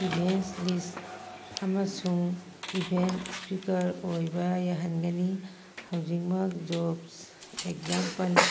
ꯏꯕꯦꯟ ꯂꯤꯁ ꯑꯃꯁꯨꯡ ꯏꯕꯦꯟ ꯏꯁꯄꯤꯀꯔ ꯑꯣꯏꯕ ꯌꯥꯍꯟꯒꯅꯤ ꯍꯧꯖꯤꯛꯃꯛ ꯖꯣꯕꯁ ꯑꯦꯛꯖꯥꯝꯄꯜ